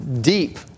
deep